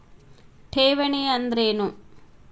ಠೇವಣಿ ಅಂದ್ರೇನು?